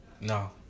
No